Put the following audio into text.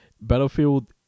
Battlefield